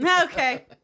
Okay